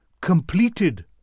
completed